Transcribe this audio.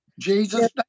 Jesus